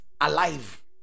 alive